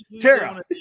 Tara